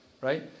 Right